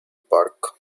park